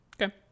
Okay